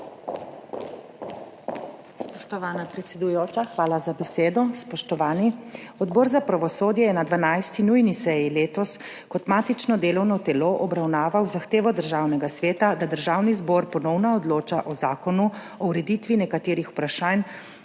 Spoštovana predsedujoča, hvala za besedo. Spoštovani! Odbor za pravosodje je na 12. nujni seji letos kot matično delovno telo obravnaval zahtevo Državnega sveta, da Državni zbor ponovno odloča o Zakonu o ureditvi nekaterih vprašanj